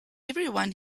everyone